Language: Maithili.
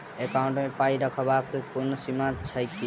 एकाउन्ट मे पाई रखबाक कोनो सीमा छैक की?